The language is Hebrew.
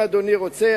אם אדוני רוצה,